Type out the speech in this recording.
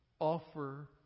offer